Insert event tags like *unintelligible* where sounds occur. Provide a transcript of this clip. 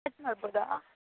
*unintelligible* ಆಗ್ಬೋದಾ